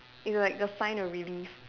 it's like a sigh of relief